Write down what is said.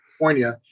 California